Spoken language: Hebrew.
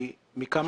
מכמה סיבולת.